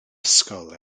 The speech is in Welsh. ysgol